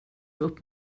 upp